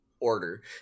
order